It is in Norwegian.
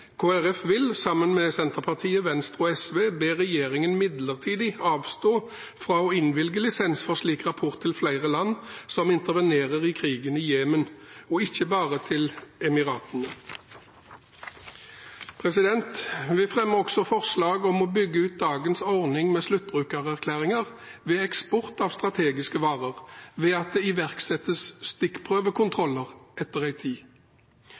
Folkeparti vil, sammen med Senterpartiet, Venstre og SV, be regjeringen midlertidig avstå fra å innvilge lisens for slik eksport til flere land som intervenerer i krigen i Jemen – og ikke bare til Emiratene. Vi er også med på forslag om å bygge ut dagens ordning med sluttbrukererklæringer ved eksport av strategiske varer, ved at det iverksettes stikkprøvekontroller etter en tid.